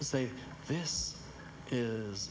and say this is